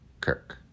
Kirk